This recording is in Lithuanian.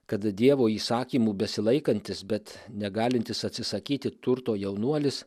kad dievo įsakymų besilaikantis bet negalintis atsisakyti turto jaunuolis